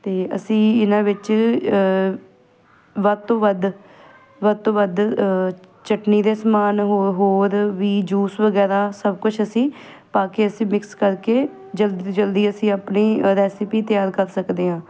ਅਤੇ ਅਸੀਂ ਇਹਨਾਂ ਵਿੱਚ ਵੱਧ ਤੋਂ ਵੱਧ ਵੱਧ ਤੋਂ ਵੱਧ ਚਟਨੀ ਦੇ ਸਮਾਨ ਹੋ ਹੋਰ ਵੀ ਜੂਸ ਵਗੈਰਾ ਸਭ ਕੁਝ ਅਸੀਂ ਪਾ ਕੇ ਅਸੀਂ ਮਿਕਸ ਕਰਕੇ ਜਲਦੀ ਤੋਂ ਜਲਦੀ ਅਸੀਂ ਆਪਣੀ ਰੈਸਿਪੀ ਤਿਆਰ ਕਰ ਸਕਦੇ ਹਾਂ